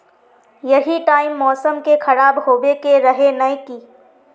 यही टाइम मौसम के खराब होबे के रहे नय की?